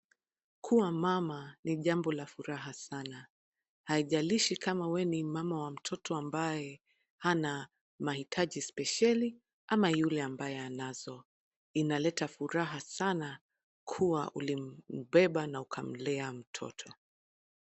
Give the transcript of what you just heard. Kuwa mama ni jambo la furaha sana haijalishi kama wewe ni mama wa mtito ambaye ana mahitaji spesheli ama yule ambaye hanazo. Inaleta furaha sana kuwa ulimbeba na ukamlea mtoto.